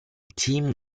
team